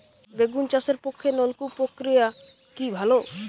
বেগুন চাষের পক্ষে নলকূপ প্রক্রিয়া কি ভালো?